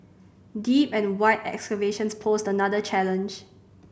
deep and wide excavations posed another challenge